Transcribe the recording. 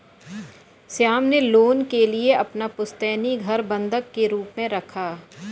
श्याम ने लोन के लिए अपना पुश्तैनी घर बंधक के रूप में रखा